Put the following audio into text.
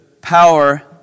power